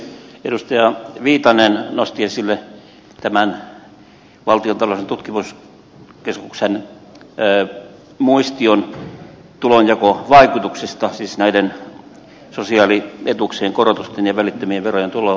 edustaja viitanen nosti esille tämän valtion ta loudellisen tutkimuskeskuksen muistion tulonjakovaikutuksista siis näiden sosiaalietuuksien korotusten ja välittömien verojen tulonjakovaikutuksista